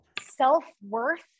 self-worth